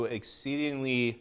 exceedingly